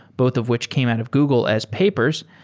both of which came out of google as papers,